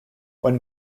when